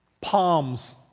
palms